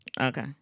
Okay